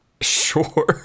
Sure